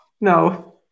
No